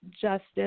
justice